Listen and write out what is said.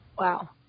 Wow